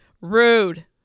Rude